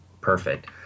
Perfect